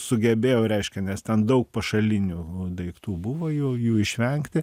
sugebėjau reiškia nes ten daug pašalinių daiktų buvo jų jų išvengti